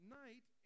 night